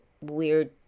weird